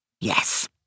Yes